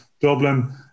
Dublin